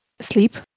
Sleep